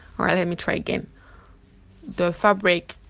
alright let me try again the fabric